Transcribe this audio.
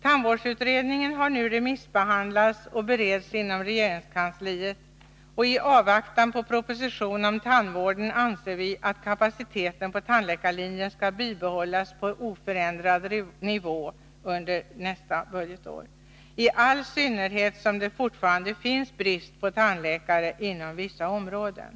Tandvårdsutredningen har nu remissbehandlats och bereds inom regeringskansliet. I avvaktan på proposition om tandvården anser vi att kapaciteten på tandläkarlinjen skall bibehållas på oförändrad nivå nästa budgetår, i all synnerhet som det fortfarande finns brist på tandläkare inom vissa områden.